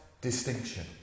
distinction